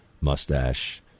mustache